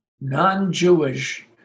non-Jewish